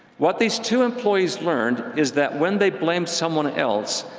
what these two employees learned is that when they blamed someone else,